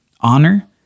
Honor